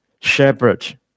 shepherd